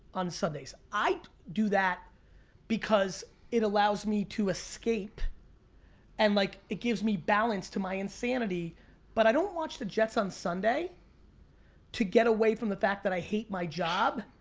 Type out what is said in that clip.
on sundays. i do that because it allows me to escape and like it gives me balance to my insanity but i don't watch the jets on sunday to get away from the fact that i hate my job.